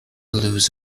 lose